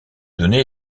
données